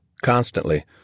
constantly